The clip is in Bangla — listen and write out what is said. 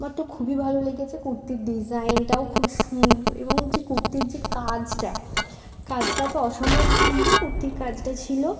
আমার তো খুবই ভালো লেগেছে কুর্তির ডিজাইনটাও খুবই সুন্দর এবং হচ্ছে কুর্তির যে কাজটা কাজটা তো অসম্ভব সুন্দর কুর্তির কাজটা ছিল